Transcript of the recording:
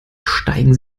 steigen